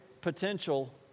potential